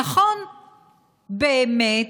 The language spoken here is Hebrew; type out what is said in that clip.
נכון, באמת,